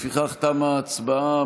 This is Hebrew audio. לפיכך תמה ההצבעה.